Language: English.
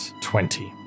twenty